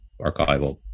archival